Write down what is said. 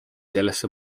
sellesse